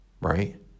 right